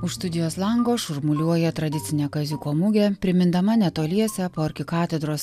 už studijos lango šurmuliuoja tradicinė kaziuko mugė primindama netoliese po arkikatedros